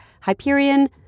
Hyperion